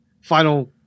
final